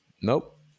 Nope